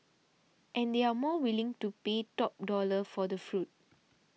and they are more willing to pay top dollar for the fruit